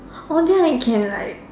oh then I can like